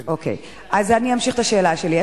אוקיי, אז אני אמשיך את השאלה שלי.